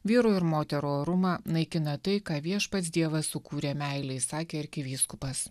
vyrų ir moterų orumą naikina tai ką viešpats dievas sukūrė meilei sakė arkivyskupas